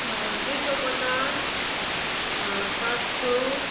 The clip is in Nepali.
दुई सौ पचास ड सात सौ